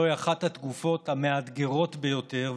זוהי אחת התקופות המאתגרות ביותר,